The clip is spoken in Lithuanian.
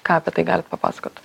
ką apie tai galit papasakot